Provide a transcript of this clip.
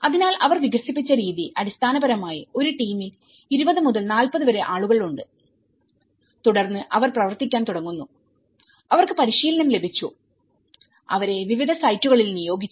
അതിനാൽ അവർ വികസിപ്പിച്ച രീതി അടിസ്ഥാനപരമായി ഒരു ടീമിൽ 20 മുതൽ 40 വരെ ആളുകൾ ഉണ്ട് തുടർന്ന് അവർ പ്രവർത്തിക്കാൻ തുടങ്ങുന്നു അവർക്ക് പരിശീലനം ലഭിച്ചു അവരെ വിവിധ സൈറ്റുകളിൽ നിയോഗിച്ചു